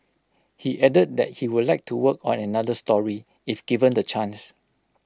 he added that he would like to work on another story if given the chance